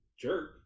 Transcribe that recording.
jerk